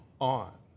on